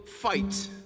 fight